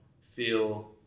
feel